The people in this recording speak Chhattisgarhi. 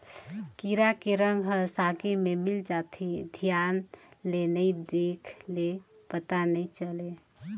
कीरा के रंग ह सागे में मिल जाथे, धियान ले नइ देख ले पता नइ चले